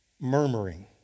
murmuring